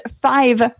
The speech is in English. five